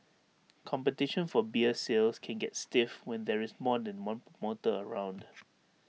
competition for beer sales can get stiff when there is more than one promoter around